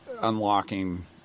unlocking